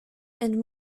and